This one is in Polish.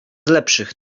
lepszych